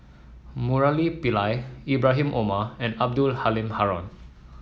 Murali Pillai Ibrahim Omar and Abdul Halim Haron